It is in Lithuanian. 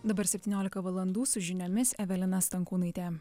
dabar septyniolika valandų su žiniomis evelina stankūnaitė